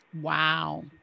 Wow